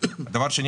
דבר שני,